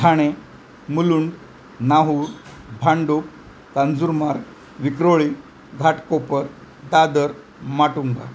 Thane Mulund Nahur Bhandup Kanjurmarg Vikhroli Ghatkopar Dadar Matunga